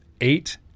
eight